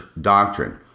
doctrine